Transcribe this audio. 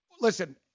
Listen